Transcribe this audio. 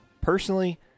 Personally